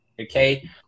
okay